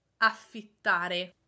Affittare